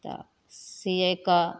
तऽ सिएके